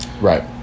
Right